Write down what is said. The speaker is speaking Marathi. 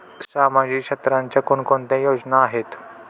सामाजिक क्षेत्राच्या कोणकोणत्या योजना आहेत?